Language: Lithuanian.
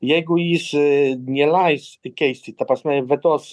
jeigu jis neleis keisti ta prasme vetuos